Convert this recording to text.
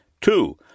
Two